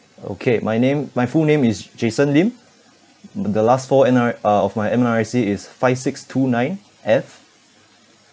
okay my name my full name is jason lim m~ the last four N_R uh of my N_R_I_C is five six two nine F